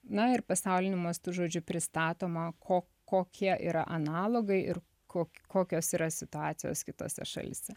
na ir pasauliniu mastu žodžiu pristatoma ko kokie yra analogai ir kok kokios yra situacijos kitose šalyse